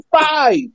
five